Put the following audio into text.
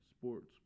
Sports